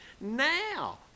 Now